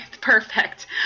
Perfect